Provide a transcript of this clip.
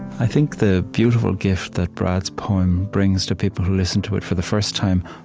i think the beautiful gift that brad's poem brings to people who listen to it for the first time,